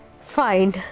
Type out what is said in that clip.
Fine